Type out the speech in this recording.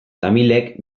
tamilek